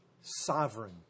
sovereign